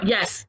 Yes